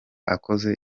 akoze